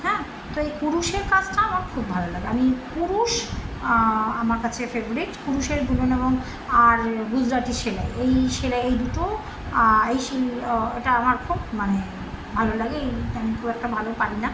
হ্যাঁ তো এই কুরুষের কাজটা আমার খুব ভালো লাগে আমি কুরুষ আমার কাছে ফেভারিট কুরুষের বুনন এবং আর গুজরাটি সেলাই এই সেলাই এই দুটো এই শ এটা আমার খুব মানে ভালো লাগে এই আমি খুব একটা ভালো পারি না